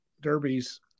derbies